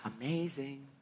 Amazing